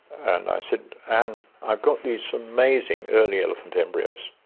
and i said, ann, i've got these amazing early elephant embryos.